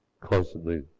constantly